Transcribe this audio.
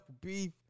beef